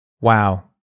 Wow